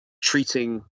treating